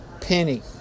penny